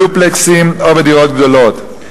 בדופלקסים או בדירות גדולות.